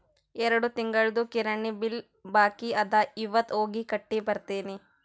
ಎರಡು ತಿಂಗುಳ್ದು ಕಿರಾಣಿ ಬಿಲ್ ಬಾಕಿ ಅದ ಇವತ್ ಹೋಗಿ ಕಟ್ಟಿ ಬರ್ತಿನಿ